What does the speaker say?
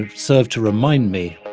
and serve to remind me